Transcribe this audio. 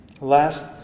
last